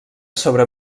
sobre